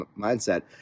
mindset